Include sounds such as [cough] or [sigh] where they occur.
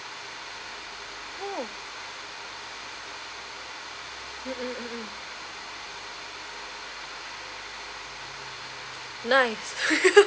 oh hmm hmm nice [laughs]